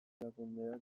erakundeak